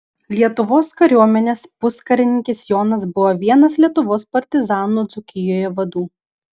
lietuvos kariuomenės puskarininkis jonas buvo vienas lietuvos partizanų dzūkijoje vadų